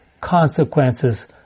consequences